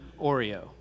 Oreo